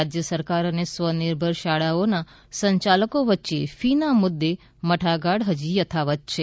રાજ્ય સરકાર અને સ્વનિર્ભર શાળાઓના સંચાલકો વચ્ચે ફીના મુદ્દે મડાગાંઠ હજી યથાવત છે